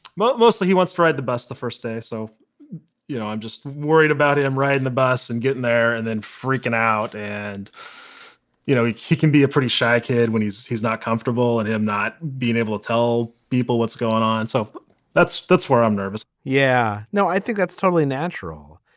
but mostly he wants to ride the bus the first day so you know i'm just worried about him riding the bus and getting there and then freaking out and you know he he can be a pretty shy kid when he's he's not comfortable and him not being able to tell people what's going on so that's that's where i'm nervous yeah. no i think that's totally natural.